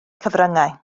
cyfryngau